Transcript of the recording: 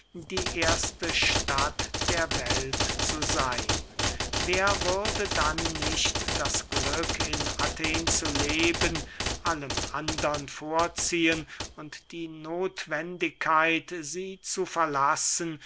die erste stadt der welt zu seyn wer würde dann nicht das glück in athen zu leben allem andern vorziehen und die nothwendigkeit sie zu verlassen